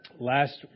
Last